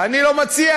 אני לא מציע.